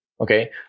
okay